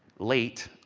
late,